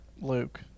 Luke